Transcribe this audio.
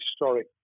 historic